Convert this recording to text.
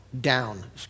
down